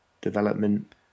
development